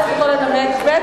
הוא יכול לנמק, ב.